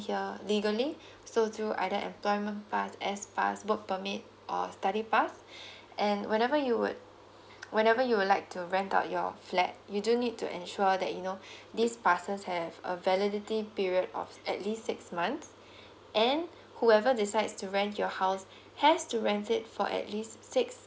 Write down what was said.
here legally so through either employment pass S pass work permit or study pass and whenever you would whenever you would like to rent out your flat you do need to ensure that you know this passes have a validity period of at least six months and whoever decides to rent your house has to rent it for at least six